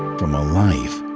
from a life